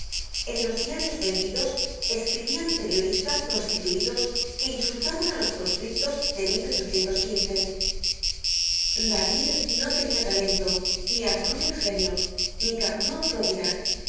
en los diarios vendidos escribian periodistas prostituidos que insultaban á los proscriptos de david no tenia talento ni arnault ingenio ni carnot probidad